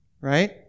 right